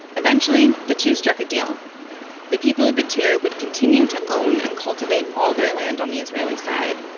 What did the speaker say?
eventually the two struck a deal the people of battir would continue to own and cultivate all their land on the israeli side,